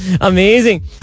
amazing